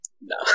No